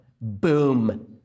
boom